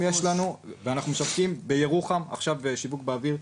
ואנחנו משווקים בירוחם עכשיו יש לנו שיווק באוויר,